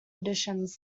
editions